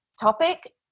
topic